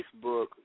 Facebook